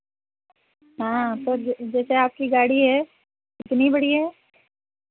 हाँ तो जैसे आपकी गाड़ी है कितनी बड़ी है